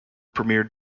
premier